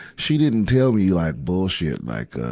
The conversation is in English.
she didn't tell me like bullshit, like, ah,